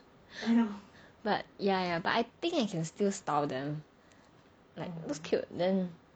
but yeah yeah but I think I can still style them like those cute then